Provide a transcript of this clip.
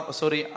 sorry